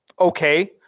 okay